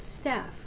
staff